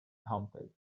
haunted